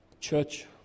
Church